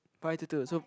five two two so